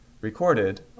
Recorded